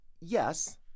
yes